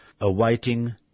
awaiting